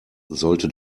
sollte